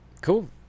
cool